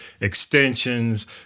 extensions